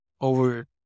over